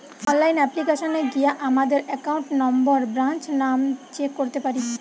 online অ্যাপ্লিকেশানে গিয়া আমাদের একাউন্ট নম্বর, ব্রাঞ্চ নাম চেক করতে পারি